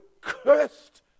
cursed